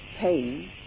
pain